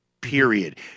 Period